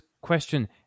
question